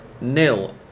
nil